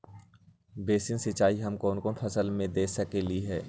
Basin सिंचाई हम कौन कौन फसल में दे सकली हां?